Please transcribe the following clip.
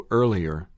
earlier